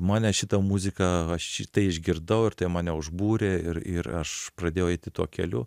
mane šita muzika aš šitai išgirdau ir tai mane užbūrė ir ir aš pradėjau eiti tuo keliu